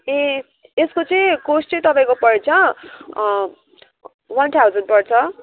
ए यसको चाहिँ कस्ट चाहिँ तपाईँको पर्छ वान थाउजन्ड पर्छ